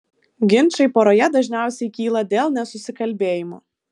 ginčai poroje dažniausiai kyla dėl nesusikalbėjimo